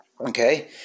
okay